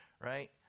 right